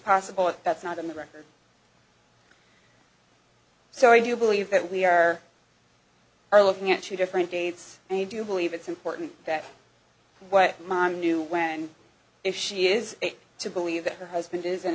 possible that's not in the record so i do believe that we are are looking at two different dates and i do believe it's important that what mom knew when and if she is to believe that her husband is